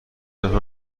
انها